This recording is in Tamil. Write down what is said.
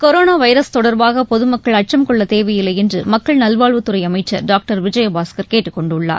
கொரோனா வைரஸ் தொடர்பாக பொதுமக்கள் அச்சம் கொள்ளத் தேவையில்லை என்று மக்கள் நல்வாழ்வுத் துறை அமைச்சர் டாக்டர் விஜயபாஸ்கர் கேட்டுக் கொண்டுள்ளார்